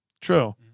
True